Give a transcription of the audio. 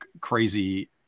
crazy